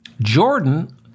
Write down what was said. Jordan